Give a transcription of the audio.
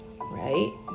right